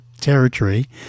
territory